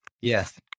Yes